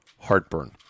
heartburn